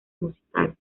musicales